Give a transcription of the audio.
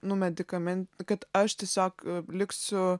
nu medikamen kad aš tiesiog liksiu